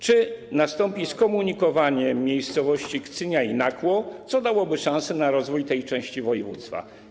Czy nastąpi skomunikowanie miejscowości Kcynia i Nakło, co dałoby szansę na rozwój tej części województwa?